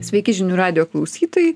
sveiki žinių radijo klausytojai